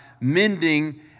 mending